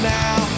now